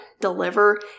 deliver